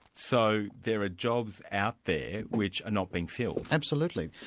so there are jobs out there which are not being filled? absolutely.